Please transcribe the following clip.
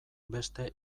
beste